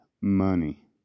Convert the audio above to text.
money